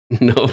No